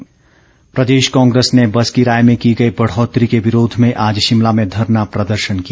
कांग्रेस प्रदेश कांग्रेस ने बस किराए में की गई बढ़ोतरी के विरोध में आज शिमला में धरना प्रदर्शन किया